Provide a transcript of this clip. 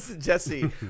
Jesse